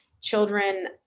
Children